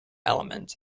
elements